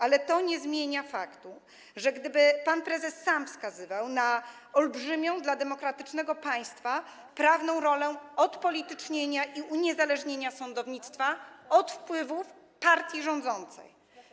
Ale to nie zmienia faktu, że gdyby pan prezes sam wskazywał na olbrzymią dla demokratycznego państwa prawną rolę odpolitycznienia i uniezależnienia sądownictwa od wpływów partii rządzącej.